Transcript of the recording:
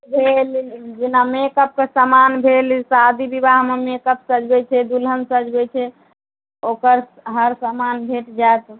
भेल जेना मेकअपके सामान भेल शादी विवाहमे मेकअप सजबय छै दूलहन सजबय छै ओकर हर सामान भेट जायत